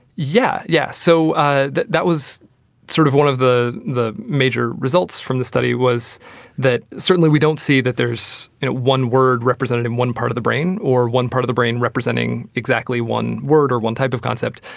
yeah yeah so ah that that was sort of one of the the major results from the study, was that certainly we don't see that there's one word represented in one part of the brain, or one part of the brain representing exactly one word or one type of concept,